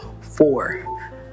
Four